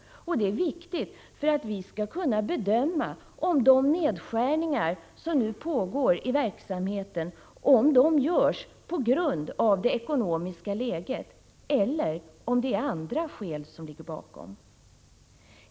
Det är viktigt att vi får reda på det för att vi skall kunna bedöma om de nedskärningar som nu pågår i verksamheten görs på grund av det ekonomiska läget, eller om det är andra skäl som ligger bakom.